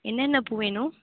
என்னென்ன பூ வேணும்